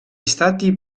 stati